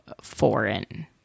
foreign